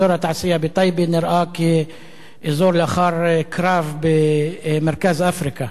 אזור התעשייה בטייבה נראה כאזור לאחר קרב במרכז אפריקה.